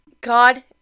God